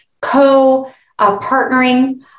co-partnering